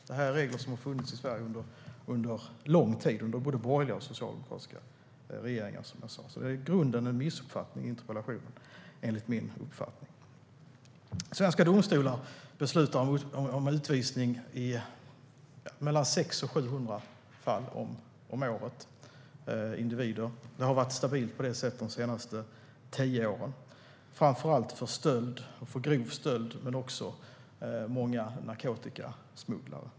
Det här är regler som har funnits i Sverige under lång tid, under både borgerliga och socialdemokratiska regeringar, så interpellationen bygger i grunden på en missuppfattning, enligt min uppfattning. Svenska domstolar beslutar om utvisning i 600-700 fall om året - och så har det legat stabilt de senaste tio åren - framför allt för stöld och grov stöld men också många fall av narkotikasmuggling.